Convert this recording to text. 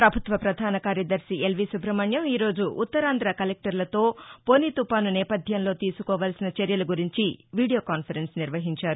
ప్రభుత్వ ప్రధాన కార్యదర్శి ఎల్వీ సుబ్రహ్మణ్యం ఈరోజు ఉత్తరాంధ్ర కలెక్షర్లతో ఫొని తుపాను నేపద్యంలో తీసుకోవలసిన చర్యల గురించి వీడియో కాన్పరెన్స్ నిర్వహించారు